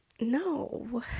no